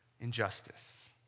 injustice